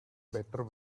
better